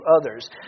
others